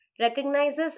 recognizes